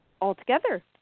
altogether